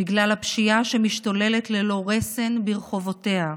בגלל הפשיעה שמשתוללת ללא רסן ברחובותיה.